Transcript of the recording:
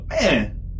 Man